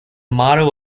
motto